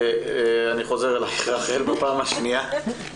אני חוזר לרחל בפעם השניה.